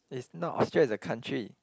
it's not Austria is a country